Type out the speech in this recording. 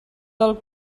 del